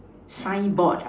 signboard